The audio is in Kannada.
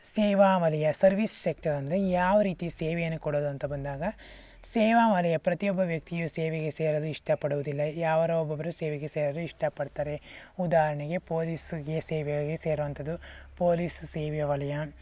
ಸೇವಾವಲಯ ಸರ್ವೀಸ್ ಸೆಕ್ಟರ್ ಅಂದರೆ ಯಾವ ರೀತಿ ಸೇವೆಯನ್ನು ಕೊಡೋದು ಅಂತ ಬಂದಾಗ ಸೇವಾವಲಯ ಪ್ರತಿಯೊಬ್ಬ ವ್ಯಕ್ತಿಯು ಸೇವೆಗೆ ಸೇರಲು ಇಷ್ಟಪಡುವುದಿಲ್ಲ ಯಾರೋ ಒಬ್ಬೊಬ್ಬರು ಸೇವೆಗೆ ಸೇರಲು ಇಷ್ಟಪಡ್ತಾರೆ ಉದಾಹರಣೆಗೆ ಪೋಲೀಸ್ಗೆ ಸೇವೆಗೆ ಸೇರೋ ಅಂಥದ್ದು ಪೋಲೀಸ್ ಸೇವೆ ವಲಯ